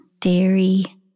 dairy